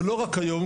ולא רק היום,